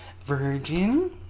Virgin